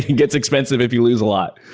gets expensive if you lose a lot.